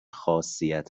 خاصیت